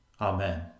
Amen